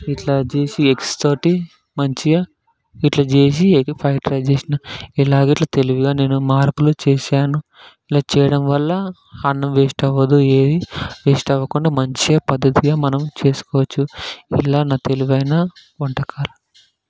ఇలా చేసి ఎగ్స్తో మంచిగా ఇలా చేసి ఎగ్ ఫ్రైడ్ చేసాను ఇలాగా ఇలా తెలివిగా నేను మార్పులు చేశాను ఇలా చేయడం వల్ల అన్నం వేస్ట్ అవదు ఏం వేస్ట్ అవ్వకుండా మంచిగా పద్ధతిగా మనం చేసుకోవచ్చు ఇలా నా తెలివైన వంటకాలు